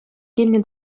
килнӗ